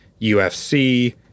UFC